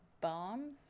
bombs